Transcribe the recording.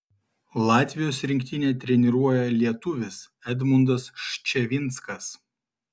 latvijos rinktinę treniruoja lietuvis edmundas ščavinskas